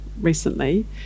recently